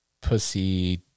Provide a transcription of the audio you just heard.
pussy